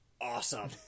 awesome